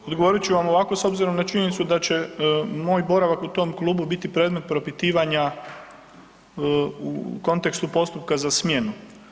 Odgovorit ću vam ovako s obzirom na činjenicu da će moj boravak u tom klubu biti predmet propitivanja u kontekstu postupka za smjenu.